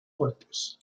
fuertes